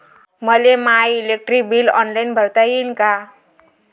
मले my electric bill online भरता येईन का?